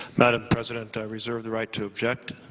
madam president, i reserve the right to object.